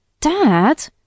Dad